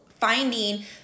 finding